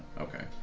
okay